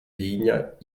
vinya